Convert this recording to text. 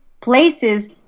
places